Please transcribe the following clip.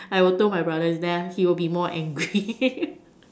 I will told my brother then he will be more angry